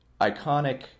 iconic